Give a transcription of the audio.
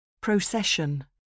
Procession